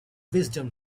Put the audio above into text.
wisdom